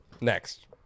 Next